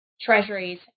treasuries